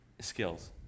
skills